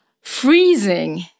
freezing